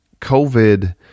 COVID